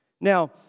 Now